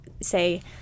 say